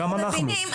גם אנחנו.